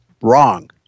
wrong